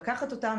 לקחת אותם,